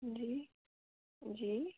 जी जी